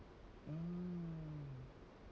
mm